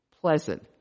pleasant